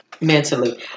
mentally